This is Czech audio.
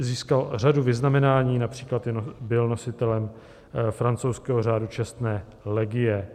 Získal řadu vyznamenání, například byl nositelem francouzského Řádu čestné legie.